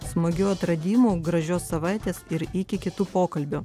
smagių atradimų gražios savaitės ir iki kitų pokalbių